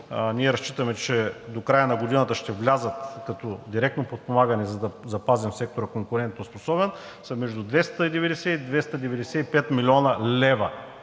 ние разчитаме, че до края на годината ще влязат като директно подпомагане, за да запазим сектора конкурентоспособен, са между 290 и 295 млн. лв.,